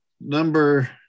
number